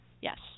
Yes